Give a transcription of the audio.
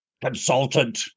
consultant